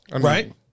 right